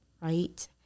right